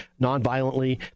nonviolently